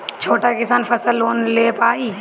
छोटा किसान फसल लोन ले पारी?